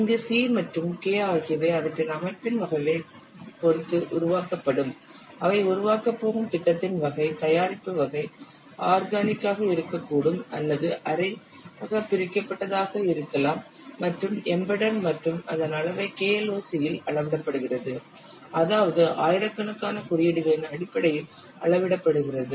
இங்கு c மற்றும் k ஆகியவை அவற்றின் அமைப்பின் வகையைப் பொறுத்து உருவாக்கப்படும் அவை உருவாக்கப் போகும் திட்டத்தின் வகை தயாரிப்பு வகை ஆர்கானிக் ஆக இருக்கக்கூடும் அல்லது அரையாக பிரிக்கப்பட்டதாக ஆக இருக்கலாம் மற்றும் எம்பெடெட் மற்றும் அதன் அளவை KLOC இல் அளவிடப்படுகிறது அதாவது ஆயிரக்கணக்கான குறியீடுகளின் அடிப்படையில் அளவிடப்படுகிறது